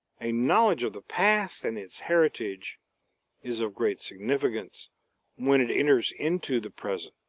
a knowledge of the past and its heritage is of great significance when it enters into the present,